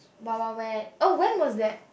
Wild-Wild-Wet oh when was that